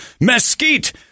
mesquite